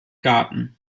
garten